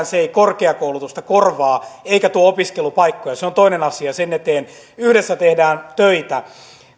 se ei korkeakoulutusta korvaa eikä tuo opiskelupaikkoja se on toinen asia sen eteen yhdessä tehdään töitä